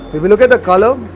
if you look at the colour.